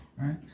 Right